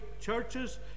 churches